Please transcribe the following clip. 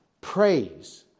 praise